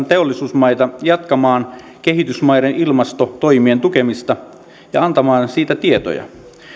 teollisuusmaita jatkamaan kehitysmaiden ilmastotoimien tukemista ja antamaan siitä tietoja